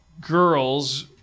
girls